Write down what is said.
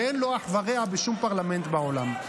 ואין לו אח ורע בשום פרלמנט בעולם.